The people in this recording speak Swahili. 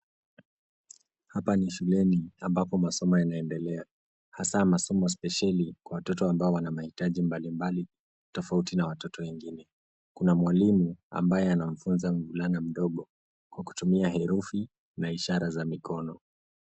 Hapa ni shuleni ambapo masomo yanaendelea, hasa masomo spesheli kwa watoto ambao wana mahitaji mbalimbali tofauti na watoto wengine. Kuna mwalimu ambaye anamfunza mvulana mdogo kwa kutumia herufi na ishara za mikono.